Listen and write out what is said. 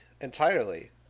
entirely